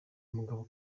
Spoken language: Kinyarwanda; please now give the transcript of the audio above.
umugabo